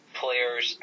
players